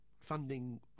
funding